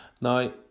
now